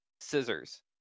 scissors